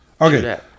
Okay